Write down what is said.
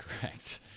correct